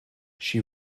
she